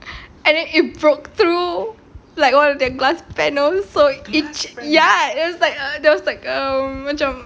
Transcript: and then it broke through like one of their glass panels so it's ya it was like a there was like a macam